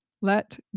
let